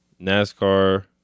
NASCAR